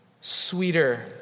sweeter